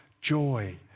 joy